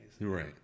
right